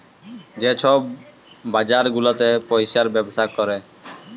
যে ছব বাজার গুলাতে পইসার ব্যবসা ক্যরে